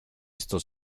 esto